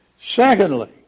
Secondly